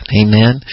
Amen